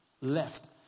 left